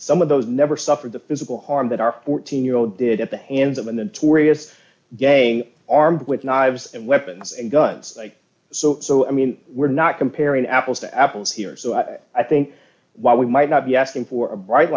some of those never suffered the physical harm that our fourteen year old did at the hands of and torrijos game armed with knives and weapons and guns like so so i mean we're not comparing apples to apples here so i i think while we might not be asking for a bright